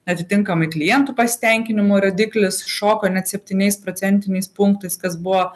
atitinkamai klientų pasitenkinimo rodiklis šoko net septyniais procentiniais punktais kas buvo